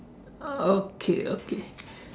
okay okay